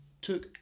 took